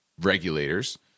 regulators